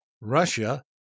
Russia